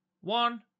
one